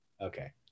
okay